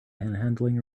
panhandling